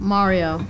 Mario